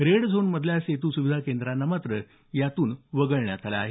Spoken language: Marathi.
रेड झोन मधल्या सेतू सुविधा केंद्रांना मात्र यातून वगळण्यात आलं आहे